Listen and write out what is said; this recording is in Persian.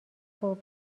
خوب